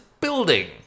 building